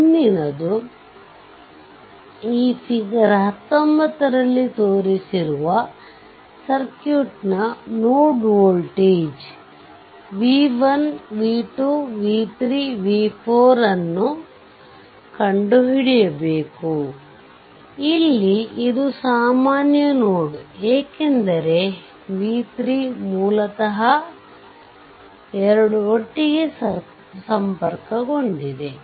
ಮುಂದಿನದು ಈ fig 19 ರಲ್ಲಿ ತೋರಿಸಿರುವ ಸರ್ಕ್ಯೂಟ್ನ node voltage v1 v2 v3 v4 ಅನ್ನು ಕಂಡುಹಿಡಿಯಬೇಕು ಇಲ್ಲಿ ಇದು ಸಾಮಾನ್ಯ ನೋಡ್ ಏಕೆಂದರೆ v3 ಮೂಲತಃ 2 ಒಟ್ಟಿಗೆ ಸಂಪರ್ಕಗೊಂಡಿದೆ